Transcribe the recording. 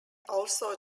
also